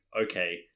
okay